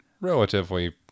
relatively